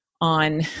on